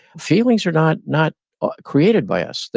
feelings are not not created by us,